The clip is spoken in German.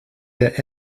der